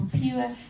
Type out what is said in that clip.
pure